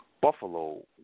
Buffalo